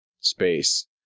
space